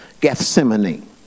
Gethsemane